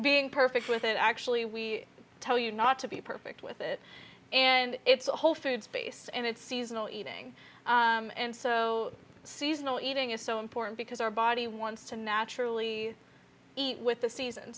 being perfect with it actually we tell you not to be perfect with it and it's a whole foods base and it's seasonal eating and so seasonal eating is so important because our body wants to naturally eat with the season